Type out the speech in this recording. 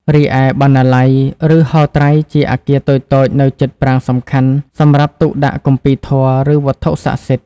រីឯបណ្ណាល័យ ឬហោត្រៃ ជាអគារតូចៗនៅជិតប្រាង្គសំខាន់ សម្រាប់ទុកដាក់គម្ពីរធម៌ ឬវត្ថុស័ក្តិសិទ្ធិ។